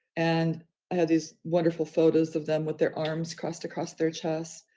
and i had these wonderful photos of them but their arms crossed across their chest,